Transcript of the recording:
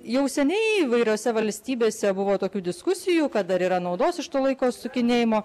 jau seniai įvairiose valstybėse buvo tokių diskusijų kad dar yra naudos iš to laiko sukinėjimo